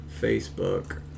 Facebook